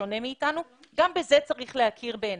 שונה מאיתנו גם בזה צריך להכיר בעיניי,